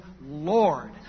Lord